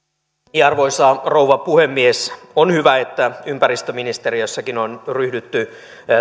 arvoisa rouva puhemies on hyvä että ympäristöministeriössäkin on ryhdytty